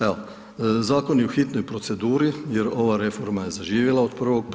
Evo, zakon je u hitnoj proceduri jer ova reforma je zaživjela od 01.01.